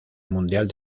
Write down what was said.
mundial